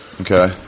Okay